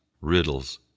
riddles